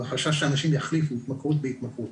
והחשש שאנשים יחליפו התמכרות בהתמכרות.